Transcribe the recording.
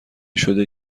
شده